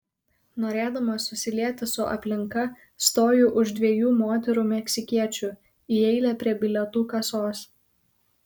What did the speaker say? norėdamas susilieti su aplinka stoju už dviejų moterų meksikiečių į eilę prie bilietų kasos